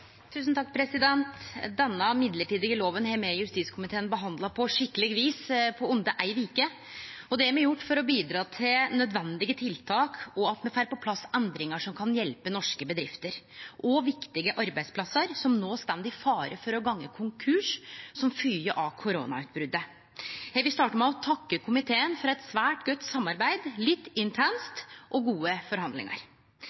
Denne midlertidige loven har me i justiskomiteen behandla på skikkeleg vis på under ei veke. Det har me gjort for å bidra til nødvendige tiltak og at me får på plass endringar som kan hjelpe norske bedrifter og viktige arbeidsplassar som no står i fare for å gå konkurs som fylgje av koronautbrotet. Eg vil starte med å takke komiteen for eit svært godt samarbeid – litt